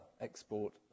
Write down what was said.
export